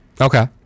Okay